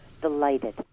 delighted